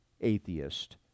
atheist